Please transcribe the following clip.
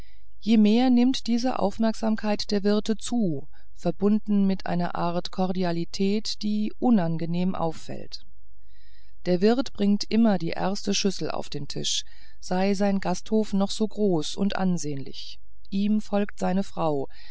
je mehr nimmt diese aufmerksamkeit der wirte zu verbunden mit einer art kordialität die unangenehm auffällt der wirt bringt immer die erste schüssel auf den tisch sei sein gasthof noch so groß und ansehnlich ihm folgt seine frau